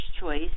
choice